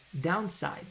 downside